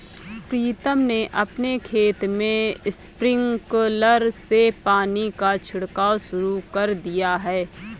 प्रीतम ने अपने खेत में स्प्रिंकलर से पानी का छिड़काव शुरू कर दिया है